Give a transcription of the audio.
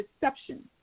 deception